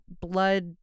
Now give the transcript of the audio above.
blood